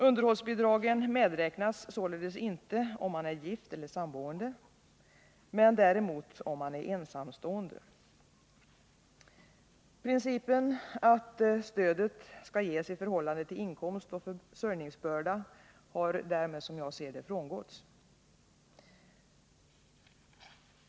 Underhållsbidragen medräknas således inte om man är gift eller samboende, men däremot om man är ensamstående. Principen att stödet skall ges i förhållande till inkomst och försörjningsbörda har, enligt min mening, därmed frångåtts.